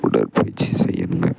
உடற்பயிற்சி செய்யணுங்க